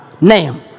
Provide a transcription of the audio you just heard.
name